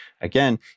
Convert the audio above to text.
again